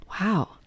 Wow